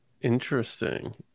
Interesting